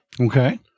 Okay